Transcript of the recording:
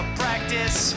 practice